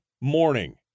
morning